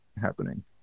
happening